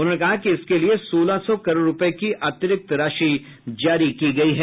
उन्होंने कहा कि इसके लिए सोलह सौ करोड़ रूपये की अतिरिक्त राशि जारी की गयी है